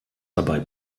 dabei